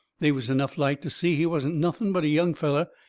they was enough light to see he wasn't nothing but a young feller.